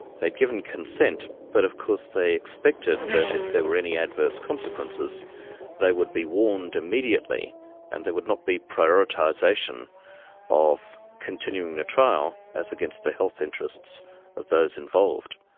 they had given consent, consent, but of course they expected that if there were any adverse consequences they would be warned immediately and there would not be prioritisation of continuing the trial as against the health interests of those involved.